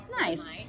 nice